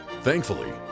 Thankfully